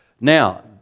Now